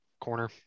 corner